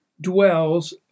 dwells